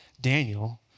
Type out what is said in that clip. Daniel